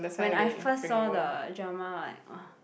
when I first saw the drama like